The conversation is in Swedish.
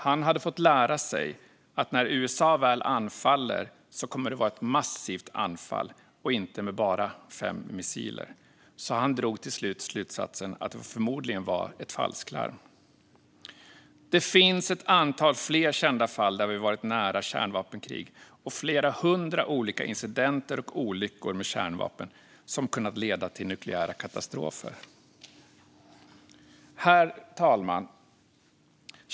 Han hade fått lära sig att när USA väl anfaller kommer det vara ett massivt anfall och inte bara fem missiler. Han drog därför till slut slutsatsen att det förmodligen var ett falsklarm. Det finns ett antal fler kända fall där vi varit nära kärnvapenkrig och flera hundra olika incidenter och olyckor med kärnvapen som kunnat leda till nukleära katastrofer. Herr talman!